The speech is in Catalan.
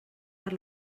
per